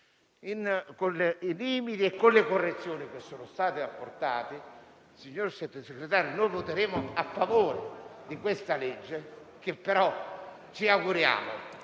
con i limiti e con le correzioni che sono state apportate, signor Sottosegretario, noi voteremo a favore di questo disegno di legge. Ci auguriamo,